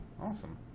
awesome